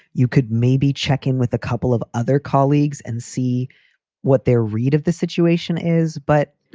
you could maybe check in with a couple of other colleagues and see what their read of the situation is. but,